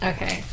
Okay